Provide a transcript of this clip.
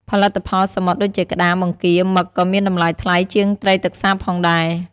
ផលិតផលសមុទ្រដូចជាក្តាម បង្គា មឹក ក៏មានតម្លៃថ្លៃជាងត្រីទឹកសាបផងដែរ។